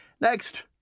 Next